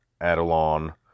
Adelon